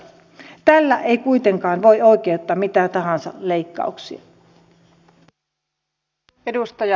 tällä ei kuitenkaan voi oikeuttaa mitä tahansa leikkauksia